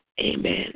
amen